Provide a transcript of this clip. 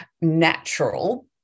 natural